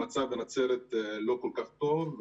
המצב בנצרת לא כל כך טוב,